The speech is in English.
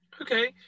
Okay